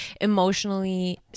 emotionally